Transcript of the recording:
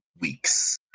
weeks